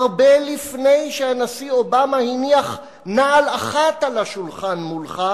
הרבה לפני שהנשיא אובמה הניח נעל אחת על השולחן מולך,